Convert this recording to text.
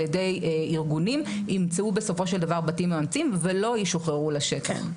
ידי ארגונים ימצאו בסופו של דבר בתים מאמצים ולא ישוחררו לשטח.